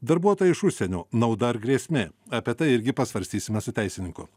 darbuotojai iš užsienio nauda ar grėsmė apie tai irgi pasvarstysime su teisininku